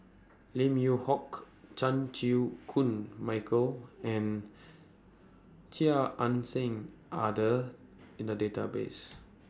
Lim Yew Hock Chan Chew Koon Michael and Chia Ann Siang Are The in The Database